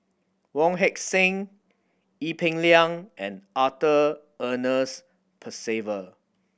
Wong Heck Sing Ee Peng Liang and Arthur Ernest Percival